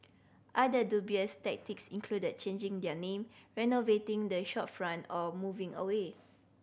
other dubious tactics included changing their name renovating the shopfront or moving away